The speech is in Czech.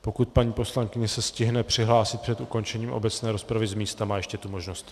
Pokud se paní poslankyně stihne přihlásit před ukončením obecné rozpravy z místa, má ještě tu možnost.